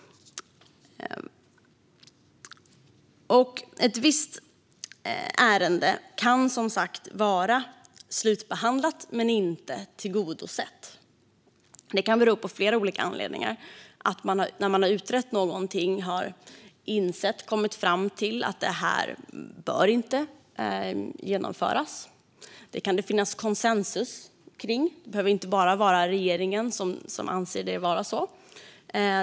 Ett ärende kan vara slutbehandlat men inte tillgodosett. Detta kan ha flera olika anledningar. När något har utretts kan man komma fram till att detta inte bör genomföras. Det kan det finnas konsensus kring det; det behöver inte bara vara regeringen som anser det.